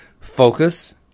Focus